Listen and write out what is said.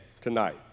tonight